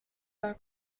war